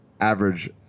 average